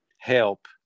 help